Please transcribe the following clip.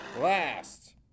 last